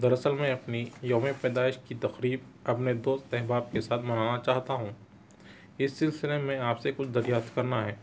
در اصل میں اپنی یوم پیدائش کی تقریب اپنے دوست احباب کے ساتھ منانا چاہتا ہوں اس سلسلے میں آپ سے کچھ دریافت کرنا ہے